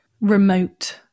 remote